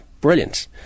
brilliant